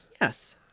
Yes